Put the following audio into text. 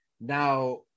Now